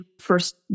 first